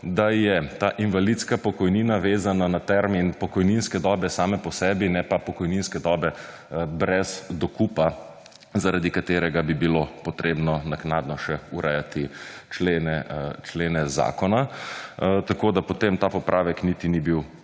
da je ta invalidska pokojnina veza na termin pokojninske dobe same po sebi ne pa pokojninske dobe brez dokupa zaradi katerega bi bilo potrebno naknadno še urejati člena zakona, tako da potem ta popravek niti ni bil